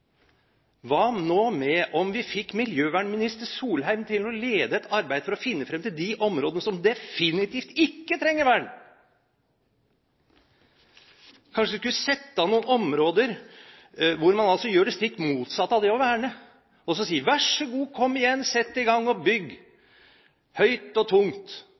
Hva om vi fikk miljøvernminister Solheim til å lede et arbeid med å finne frem til de områdene som definitivt ikke trenger vern? Kanskje vi skulle sette av noen områder der man vil gjøre det stikk motsatte av det å verne og si: Vær så god! Kom igjen! Sett i gang! Bygg høyt og tungt